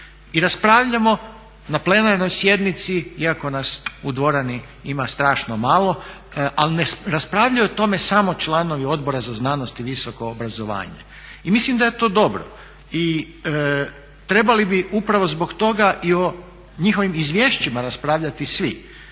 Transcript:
i raspravljamo na plenarnoj sjednici, iako nas u dvorani ima strašno malo, ali ne raspravljaju o tome samo članovi Odbora za znanost i visoko obrazovanje. I mislim da je to dobro. I trebali bi upravo zbog toga i o njihovim izvješćima raspravljati svi,